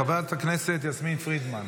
חברת הכנסת יסמין פרידמן.